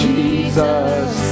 Jesus